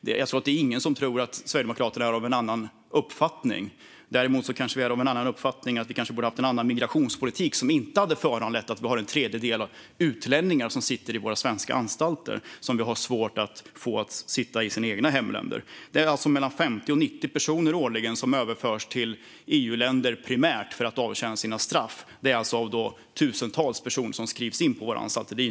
Det är ingen som tror att Sverigedemokraterna är av en annan uppfattning. Däremot kanske vi är av uppfattningen att vi borde ha haft en annan migrationspolitik, som inte hade föranlett att en tredjedel av dem som sitter på våra svenska anstalter är utlänningar som vi har svårt att få till sina hemländer. Det är alltså mellan 50 och 90 personer årligen som överförs till primärt EU-länder för att avtjäna sina straff, av de tusentals personer som skrivs in på våra anstalter.